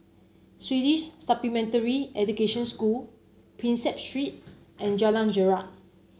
Swedish Supplementary Education School Prinsep Street and Jalan Jarak